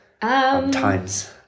times